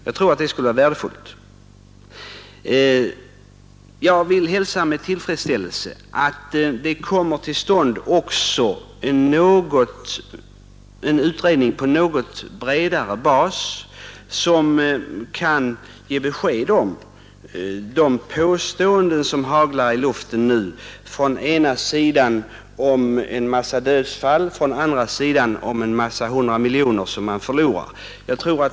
Jag vill också hälsa med tillfredsställelse att det kommer till stånd en utredning på något bredare bas, som kan ge besked om de påståenden som nu haglar i luften, från ena sidan om en mängd dödsfall, från andra sidan om åtskilliga hundratals miljoner kronor i förluster.